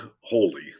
holy